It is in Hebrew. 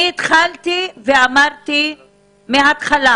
אני התחלתי ואמרתי מהתחלה